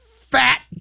fat